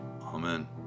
Amen